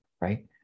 right